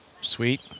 Sweet